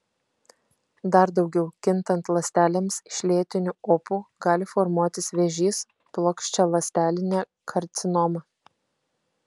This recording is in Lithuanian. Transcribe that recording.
dar daugiau kintant ląstelėms iš lėtinių opų gali formuotis vėžys plokščialąstelinė karcinoma